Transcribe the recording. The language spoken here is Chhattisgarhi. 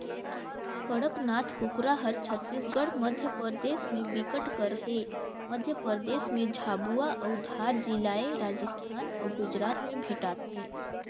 कड़कनाथ कुकरा हर छत्तीसगढ़, मध्यपरदेस में बिकट कर हे, मध्य परदेस में झाबुआ अउ धार जिलाए राजस्थान अउ गुजरात में भेंटाथे